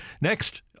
next